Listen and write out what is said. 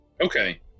okay